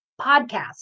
podcast